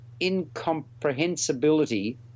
incomprehensibility